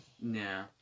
Nah